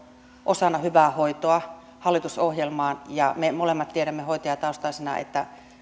osana hyvää hoitoa hallitusohjelmaan ja me molemmat tiedämme hoitajataustaisina